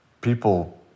people